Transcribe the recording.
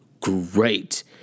great